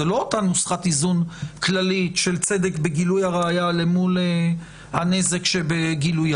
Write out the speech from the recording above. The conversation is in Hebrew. זאת לא אותה נוסחת איזון כללית של צדק בגילוי הראיה למול הנזק שבגילויה.